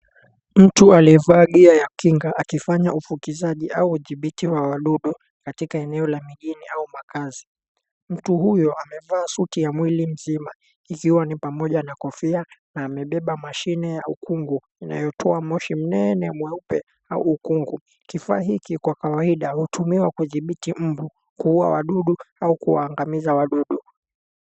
Mtu aliyevaa gear ya kinga akifanya ufukizaji au udhibiti wa wadudu katika eneo la mijini au makazi. Mtu huyo amevaa suti ya mwili mzima ikiwa ni pamoja na kofia na amebeba mashine ya ukungu inayotoa moshi mnene mweupe au ukungu. Kifaa hiki kwa kawaida hutumiwa kudhibiti mbu, kuua wadudu au kuwaangamiza wadudu.